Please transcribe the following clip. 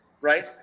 right